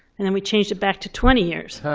and then we changed it back to twenty years.